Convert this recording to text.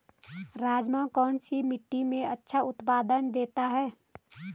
राजमा कौन सी मिट्टी में अच्छा उत्पादन देता है?